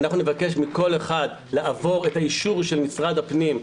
אם אנחנו נבקש מכל אחד לעבור את האישור של משרד הפנים,